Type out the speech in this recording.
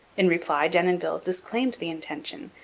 in reply denonville disclaimed the intention,